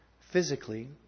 physically